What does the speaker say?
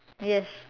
yes